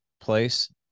place